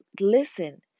listen